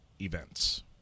events